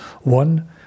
one